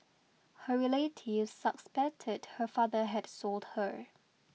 her relatives suspected her father had sold her